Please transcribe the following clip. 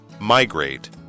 Migrate